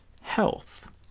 health